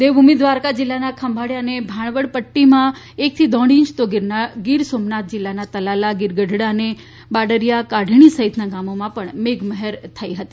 દેવભૂમિ દ્વારકા જિલ્લાના ખંભાળિયા તથા ભાણવડ પટ્ટીમાં એકથી દોઢ ઇંચ તો ગીર સોમનાથ જિલ્લાના તલાલા ગીર ગઢડા અને બાળરીયા કાણેઠી સહિતના ગામોમાં પણ મેઘમહેર થઇ હતી